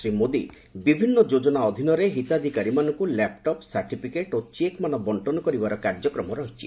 ଶ୍ରୀ ମୋଦୀ ବିଭିନ୍ନ ଯୋଜନା ଅଧୀନରେ ହିତାଧିକାରୀମାନଙ୍କୁ ଲ୍ୟାପଟପ ସାର୍ଟିଫିକେଟ ଓ ଚେକ ମାନ ବଣ୍ଟନ କରିବାର କାର୍ଯ୍ୟକ୍ରମ ରହିଛି